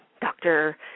doctor